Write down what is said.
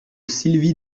sylvie